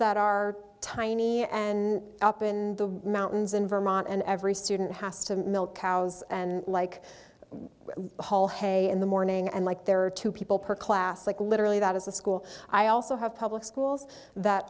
that are tiny and up in the mountains in vermont and every student has to milk cows and like haul hay in the morning and like there are two people per class like literally that is a school i also have public schools that